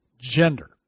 gender